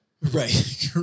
Right